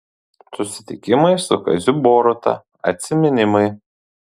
susitikimai su kaziu boruta atsiminimai